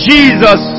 Jesus